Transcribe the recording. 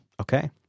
Okay